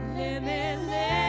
limitless